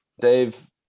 Dave